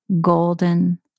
golden